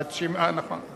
אה, נכון.